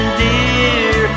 dear